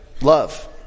love